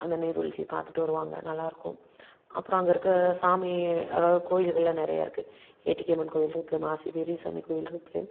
அந்த நீர்வீழ்ச்சியை பார்த்துட்டு வருவாங்க நல்லா இருக்கும் அப்புறோம் அங்கேருக்க சாமி அதாவது கோயில்களெலாம் நிறைய இருக்குது ஏட்டிக்கம்மன் கோயில்ருக்குது மாசி வெரிசாமி கோயில்ருக்குது